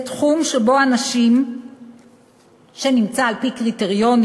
זה תחום שבו אנשים שנמצא על-פי קריטריונים